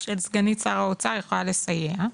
של סגנית שר האוצר יכולה לסייע,